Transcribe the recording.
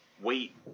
wait